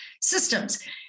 systems